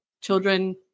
children